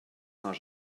saint